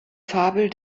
fabel